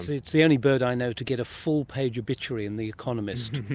it's the only bird i know to get a full page obituary in the economist.